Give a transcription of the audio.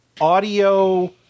audio